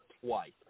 twice